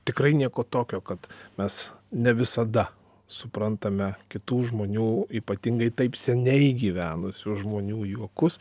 tikrai nieko tokio kad mes ne visada suprantame kitų žmonių ypatingai taip seniai gyvenusių žmonių juokus